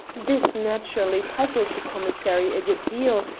this naturally puzzled the commissary a good deal,